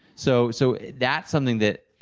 so so, that's something that,